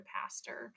pastor